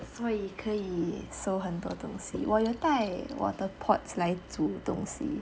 所以可以收很多东西我有带我的 pot 来煮东西